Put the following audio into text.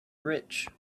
rich